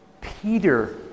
Peter